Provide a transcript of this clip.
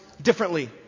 differently